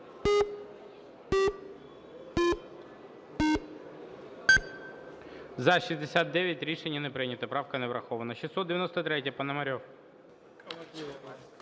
За-69 Рішення не прийнято. Правка не врахована.